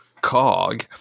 cog